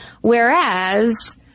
Whereas